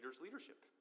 leadership